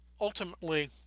ultimately